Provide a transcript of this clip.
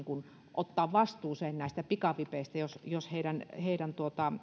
ottaa vastuuseen näistä pikavipeistä jos jos heidän heidän